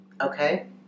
okay